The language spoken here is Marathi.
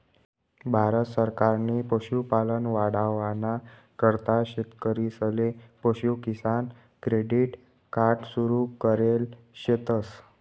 भारत सरकारनी पशुपालन वाढावाना करता शेतकरीसले पशु किसान क्रेडिट कार्ड सुरु करेल शेतस